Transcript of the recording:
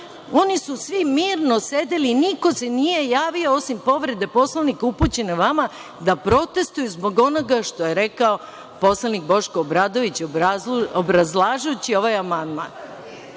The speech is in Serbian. oni su svi mirno sedeli i niko se nije javio, osim povrede Poslovnika upućene vama, da protestvuje zbog onoga što je rekao poslanik Boško Obradović, obrazlažući ovaj amandman. Znači,